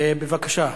בבקשה.